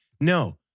no